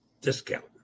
discount